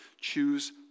Choose